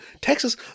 Texas